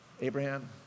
Abraham